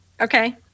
Okay